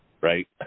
right